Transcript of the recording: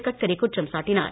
கட்கரி குற்றம் சாட்டினார்